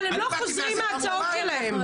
אבל הם לא חוזרים מההצעות שלהם.